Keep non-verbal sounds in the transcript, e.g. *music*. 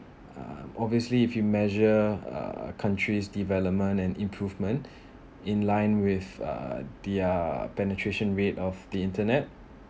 um obviously if you measure uh country's development in improvement *breath* in line with uh their penetration rate of the internet